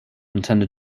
intended